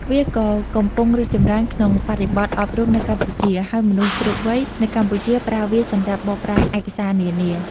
វាក៏កំពុងរីកចម្រើនក្នុងបរិបទអប់រំនៅកម្ពុជា ហើយមនុស្សគ្រប់វ័យនៅកម្ពុជា ប្រើវាសម្រាប់បកប្រែឯកសារនានា។